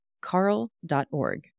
carl.org